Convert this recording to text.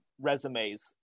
resumes